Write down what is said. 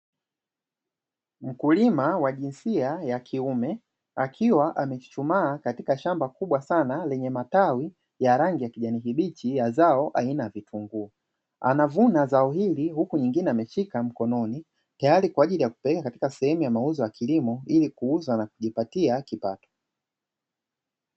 Mkulima wa jinsia ya kiume akiwa amechuchumaa katika shamba kubwa sana yenye majani ya rangi, ya zao aina ya vitunguu anavuna zao hili huku nyingine ameshika mkononi tayari kwa ajili ya kupeleka katika sehemu ya mauzo ya kilimo ili kuuza na kujipatia kipato.